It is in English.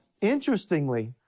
interestingly